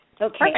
Okay